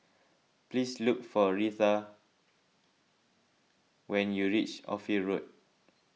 please look for Reatha when you reach Ophir Road